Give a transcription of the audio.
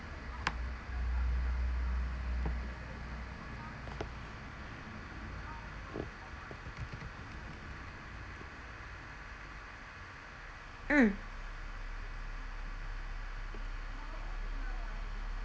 mm